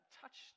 touched